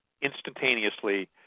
instantaneously